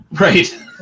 right